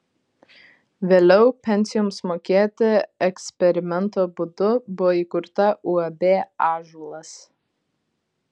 vėliau pensijoms mokėti eksperimento būdu buvo įkurta uab ąžuolas